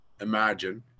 imagine